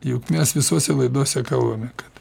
juk mes visose laidose kalbame kad